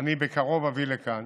אני בקרוב אביא לכאן